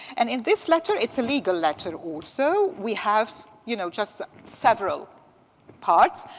and in this letter, it's a legal letter also. we have, you know, just several parts.